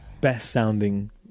best-sounding